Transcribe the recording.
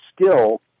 skill